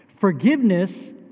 forgiveness